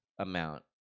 amount